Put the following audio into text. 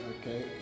Okay